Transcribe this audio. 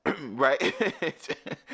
right